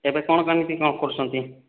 ଏବେ କ'ଣ କେମିତି କ'ଣ କରୁଛନ୍ତି